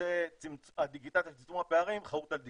שנושא הדיגיטציה וצמצום הפערים חרות על דגלו.